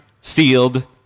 sealed